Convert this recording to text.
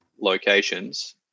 locations